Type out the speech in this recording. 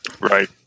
Right